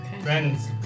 Friends